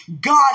God